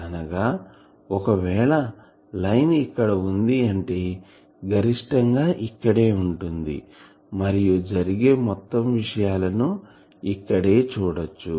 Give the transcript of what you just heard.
అనగా ఒకవేళ లైన్ ఇక్కడ వుంది అంటే గరిష్టంగా ఇక్కడే ఉంటుంది మరియు జరిగే మొత్తం విషయాలను ఇక్కడే చూడచ్చు